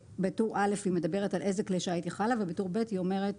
בטור א' היא מדברת על איזה כלי שיט היא חלה ובטור ב' היא אומרת